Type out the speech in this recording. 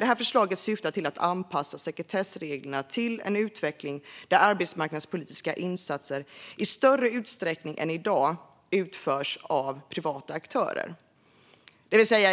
Detta förslag syftar till att anpassa sekretessreglerna till en utveckling där arbetsmarknadspolitiska insatser i större utsträckning än i dag utförs av privata aktörer.